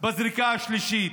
בזריקה השלישית,